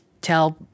tell